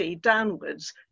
downwards